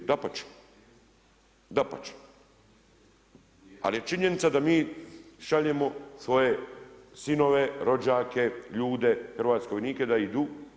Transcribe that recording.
Dapače, ali je činjenica da mi šaljemo svoje sinove, rođake, ljude, hrvatske vojnike da idu.